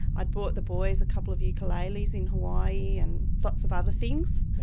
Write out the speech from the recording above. i'd bought the boys a couple of ukuleles in hawaii and but of other things.